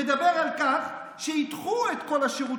מדבר על כך שידחו את כל השירות,